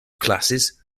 classes